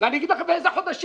ואני אגיד לכם באיזה חודשים.